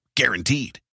Guaranteed